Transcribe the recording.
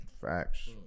Facts